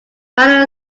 final